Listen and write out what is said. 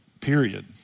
period